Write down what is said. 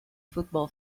football